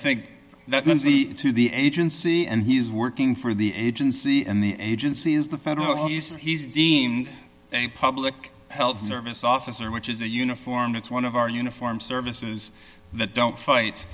think that means the to the agency and he's working for the agency and the agency is the federal he's deemed a public health service officer which is a uniform that's one of our uniform services that don't fight